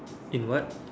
in what